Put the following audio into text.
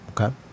okay